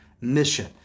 mission